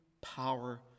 power